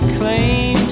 claim